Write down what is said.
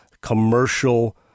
commercial